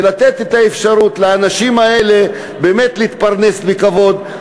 לתת את האפשרות לאנשים האלה באמת להתפרנס בכבוד,